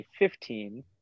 2015